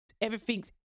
everything's